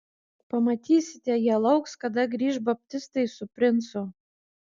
pamatysite jie lauks kada grįš baptistai su princu